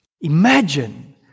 Imagine